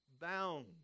Bound